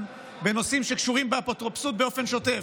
בנושאים שקשורים באפוטרופסות באופן שוטף,